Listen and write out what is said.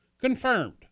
Confirmed